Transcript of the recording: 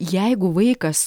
jeigu vaikas